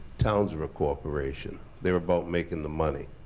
towns are a corporation. they are about making the money.